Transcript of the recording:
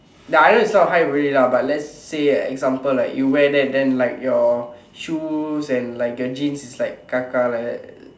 the other is not hype already lah but let's say like example like you wear that then like your shoes and like your jeans is like கக்கா:kakkaa like that